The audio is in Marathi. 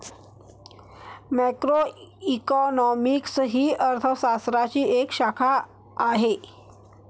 मॅक्रोइकॉनॉमिक्स ही अर्थ शास्त्राची एक शाखा आहे